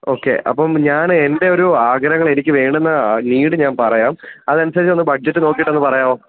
okay അപ്പം ഞാൻ എൻ്റെ ഒരു ആഗ്രഹങ്ങൾ എനിക്ക് വേണ്ടുന്ന നീഡ് ഞാൻ പറയാം അതനുസരിച്ചൊന്ന് ബഡ്ജറ്റ് നോക്കിയിട്ടൊന്ന് പറയാമോ